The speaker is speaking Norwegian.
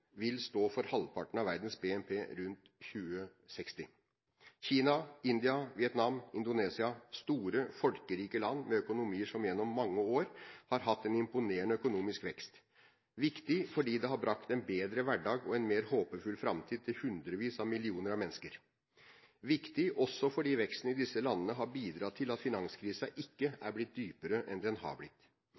vil stå for halvparten av verdens BNP rundt 2060. Kina, India, Vietnam, Indonesia – store, folkerike land med økonomier som gjennom mange år har hatt en imponerende økonomisk vekst. Det er viktig fordi det har brakt en bedre hverdag og en mer håpefull framtid til hundrevis av millioner av mennesker. Det er viktig også fordi veksten i disse landene har bidratt til at finanskrisen ikke er blitt dypere enn den har blitt.